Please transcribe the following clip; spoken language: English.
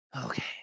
Okay